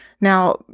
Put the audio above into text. Now